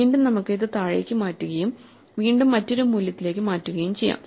വീണ്ടും നമുക്ക് ഇത് താഴേക്ക് മാറ്റുകയും വീണ്ടും മറ്റൊരു മൂല്യത്തിലേക്ക് മാറ്റുകയും ചെയ്യാം